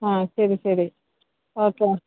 ആ ശരി ശരി ഓക്കെ